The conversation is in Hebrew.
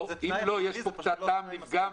יש פה קצת טעם לפגם,